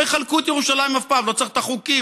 לא יחלקו את ירושלים אף פעם, לא צריך את החוקים.